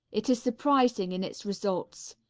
it is surprising in its results.